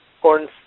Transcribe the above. Horn's